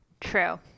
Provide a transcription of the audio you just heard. True